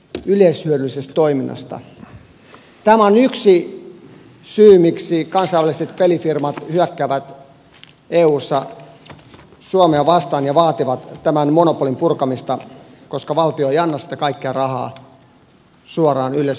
tämä on yksi syy miksi kansainväliset pelifirmat hyökkäävät eussa suomea vastaan ja vaativat tämän monopolin purkamista että valtio ei anna sitä kaikkea rahaa suoraan yleishyödylliseen toimintaan